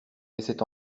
laissait